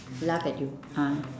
laughed at you ah